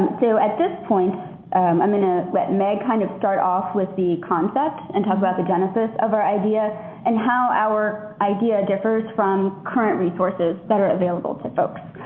at this point i'm going to let meg kind of start off with the concept and talk about the genesis of our idea and how our idea differs from current resources that are available to folks.